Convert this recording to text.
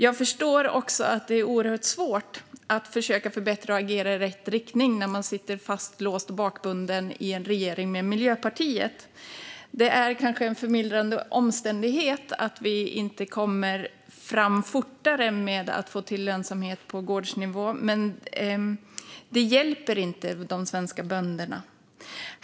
Jag förstår också att det är oerhört svårt att försöka förbättra och agera i rätt riktning när man sitter fastlåst och bakbunden i en regering med Miljöpartiet. Det är kanske en förmildrande omständighet när det gäller att vi inte kommer fram fortare med att få till lönsamhet på gårdsnivå, men det hjälper inte de svenska bönderna.